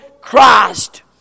Christ